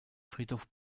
friedhof